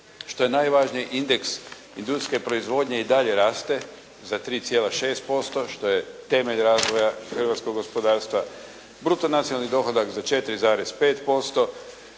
Što je najvažnije, indeks industrijske proizvodnje i dalje raste, za 3,6% što je temelj razvoja hrvatskog gospodarstva. Bruto nacionalni dohodak za 4,5%.